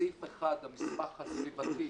בסעיף (1) המסמך הסביבתי